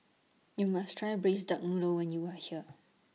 YOU must Try Braised Duck Noodle when YOU Are here